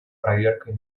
проверкой